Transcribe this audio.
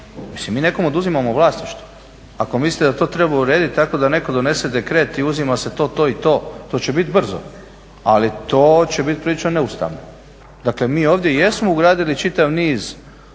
mi nekom oduzimamo vlasništvo. Ako mislite da to treba urediti tako da netko donese dekret i uzima se to, to i to, to će biti brzo. Ali to će biti priča neustavna. Dakle mi ovdje jesmo ugradili čitav niz